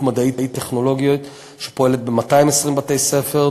מדעית-טכנולוגית שפועלת ב-220 בתי-ספר,